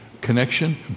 connection